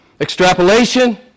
extrapolation